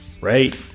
right